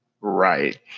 right